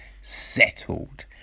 settled